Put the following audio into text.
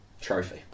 trophy